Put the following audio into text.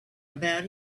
about